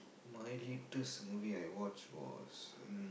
my latest movie I watch was